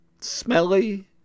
Smelly